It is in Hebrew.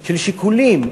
של שיקולים,